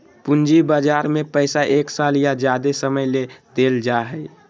पूंजी बजार में पैसा एक साल या ज्यादे समय ले देल जाय हइ